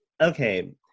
okay